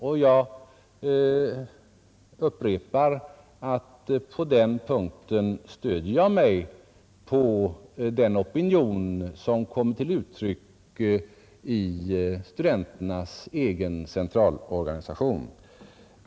Jag upprepar att jag på den punkten stöder mig på den opinion som kom till uttryck i studenternas egen centralorganisation.